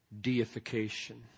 deification